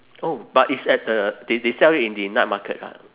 oh but it's at the they they sell it in the night market lah